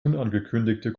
unangekündigte